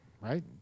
right